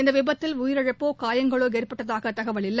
இந்தவிபத்தில் உயிரிழப்போ காயங்களோஏற்பட்டதாகதகவல் இல்லை